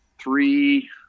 three